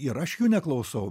ir aš jų neklausau